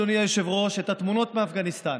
אדוני היושב-ראש, את התמונות מאפגניסטן,